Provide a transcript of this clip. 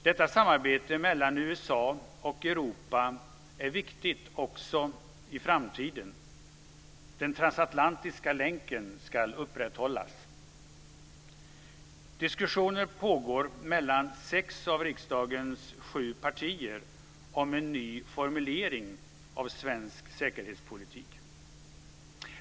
Detta samarbete mellan USA och Europa är viktigt också i framtiden. Den transatlantiska länken ska upprätthållas. Diskussioner pågår mellan sex av riksdagens sju partier om en ny formulering av svensk säkerhetspolitik.